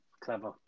Clever